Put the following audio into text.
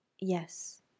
Yes